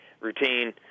Routine